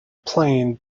plane